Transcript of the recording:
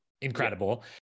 incredible